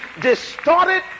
distorted